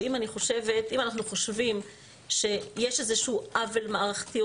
שאם אנחנו חושבים שיש איזשהו עוול מערכתי או